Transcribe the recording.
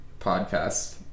podcast